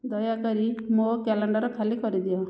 ଦୟାକରି ମୋ କ୍ୟାଲେଣ୍ଡର ଖାଲି କରିଦିଅ